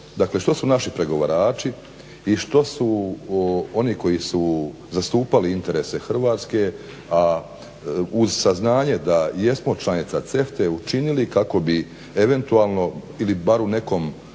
Dakle, što su naši pregovarači i što su oni koji su zastupali interese Hrvatske a uz saznanje da jesmo članica CEFTA-e učinili kako bi eventualno ili bar u nekom